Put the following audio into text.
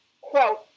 quote